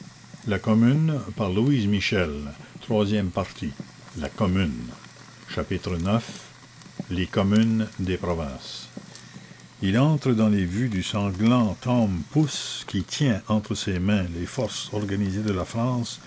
au couteau la commune les communes de province il entre dans les vues du sanglant tom pouce qui tient entre ses mains les forces organisées de la france